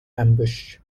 ambush